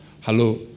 Hello